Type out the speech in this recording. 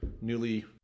newly